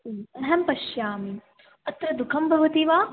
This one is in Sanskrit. अहं पश्यामि अत्र दुःखं भवति वा